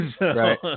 Right